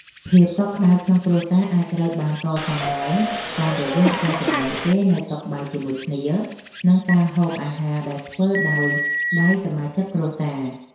ភាពកក់ក្តៅក្នុងគ្រួសារអាចត្រូវបានកសាងឡើងតាមរយៈការចំណាយពេលនៅតុបាយជាមួយគ្នា និងការហូបអាហារដែលធ្វើដោយដៃសមាជិកគ្រួសារ។